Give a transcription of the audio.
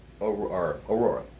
Aurora